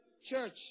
church